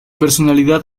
personalidad